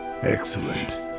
Excellent